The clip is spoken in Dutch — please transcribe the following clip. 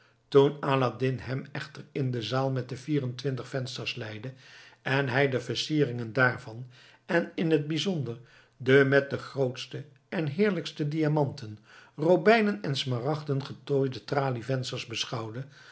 toen aladdin hem echter in de zaal met de vier en twintig vensters leidde en hij de versieringen daarvan en in t bijzonder de met de grootste en heerlijkste diamanten robijnen en smaragden getooide tralievensters beschouwde